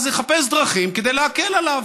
אז צריך לחפש דרכים להקל עליו.